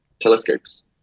telescopes